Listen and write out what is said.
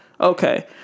Okay